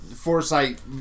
foresight